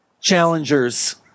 challengers